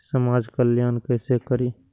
समाज कल्याण केसे करी?